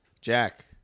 Jack